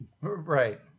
Right